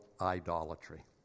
idolatry